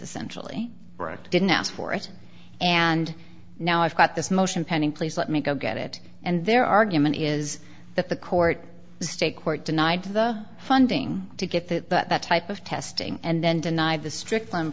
essentially didn't ask for it and now i've got this motion pending please let me go get it and their argument is that the court state court denied the funding to get that but that type of testing and then denied the stric